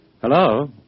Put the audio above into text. Hello